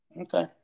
Okay